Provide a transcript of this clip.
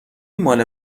ماله